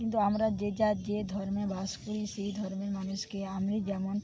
কিন্তু আমরা যে যার যে ধর্মে বাস করি সেই ধর্মের মানুষকে আমি যেমন